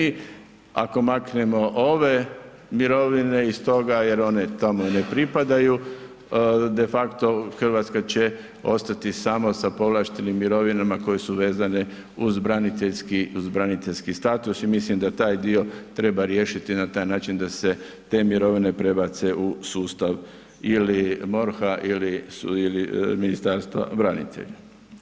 Ako maknemo ove mirovine iz toga jer one tamo ne pripadaju, defakto RH će ostati samo sa povlaštenim mirovinama koje su vezane uz braniteljski, uz braniteljski status i mislim da taj dio treba riješiti na taj način da se te mirovine prebace u sustav ili MORH-a ili Ministarstva branitelja.